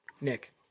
Nick